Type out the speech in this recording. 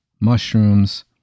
mushrooms